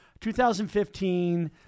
2015